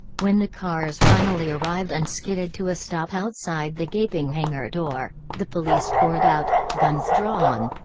when the cars finally arrived and skidded to a stop outside the gaping hangar door, the police poured out, guns drawn.